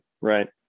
Right